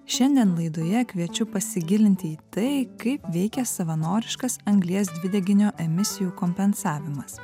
šiandien laidoje kviečiu pasigilinti į tai kaip veikia savanoriškas anglies dvideginio emisijų kompensavimas